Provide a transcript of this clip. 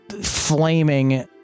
flaming